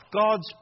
God's